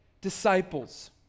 disciples